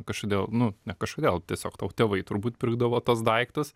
kažkodėl nu ne kažkodėl tiesiog tau tėvai turbūt pirkdavo tas daiktas